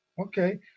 Okay